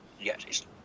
Yes